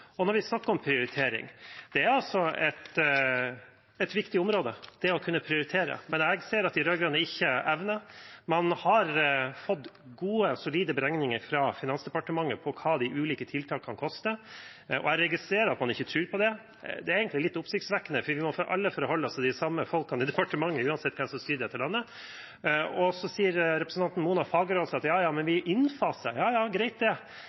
Når vi snakker om prioritering: Det er altså et viktig område, det å kunne prioritere, men jeg ser at de rød-grønne ikke evner det. Man har fått gode, solide beregninger fra Finansdepartementet på hva de ulike tiltakene koster. Jeg registrerer at man ikke tror på dem, og det er egentlig litt oppsiktsvekkende, for vi må alle forholde oss til de samme folkene i departementet, uansett hvem som styrer i dette landet. Representanten Mona Fagerås sier at de innfaser – ja, det er greit det, men når man legger inn 1,2 mrd. kr og det